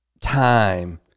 time